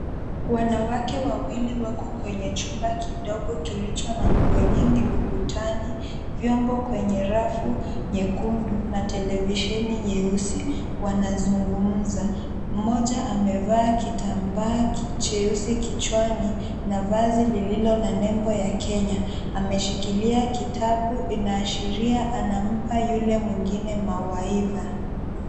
Wanawake wawili wako kwenye chumba kidogo kilicho na nguo nyingi ukutani, vyombo kwenye rafu nyekundu na televisheni nyeusi wanazungumza. Mmoja amevaa kitambaa cheusi kichwani na vazi lililo na nembo ya Kenya. Ameshikilia kitabu inaashiria anampa yule mwingine mawaidha.